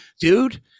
dude